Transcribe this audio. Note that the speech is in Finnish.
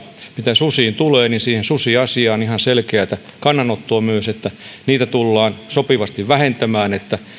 mitä susiin tulee tähän susiasiaan ihan selkeätä kannanottoa että niitä tullaan sopivasti vähentämään että